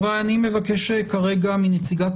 חבריי, אני מבקש כרגע מנציגת